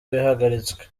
bihagaritswe